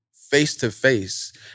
face-to-face